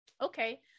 Okay